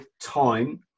time